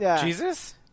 Jesus